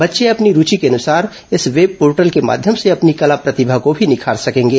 बच्चे अपनी रूचि के अनुसार इस वेबपोर्टल के माध्यम से अपनी कला प्रतिभा को भी निखार सकेंगे